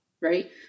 right